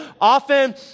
Often